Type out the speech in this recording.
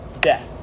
death